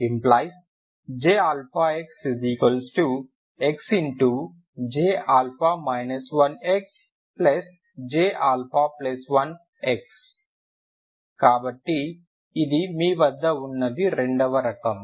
⇒ J xxJα 1xJα1x కాబట్టి ఇది మీ వద్ద ఉన్నది రెండవ రకం